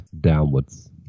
downwards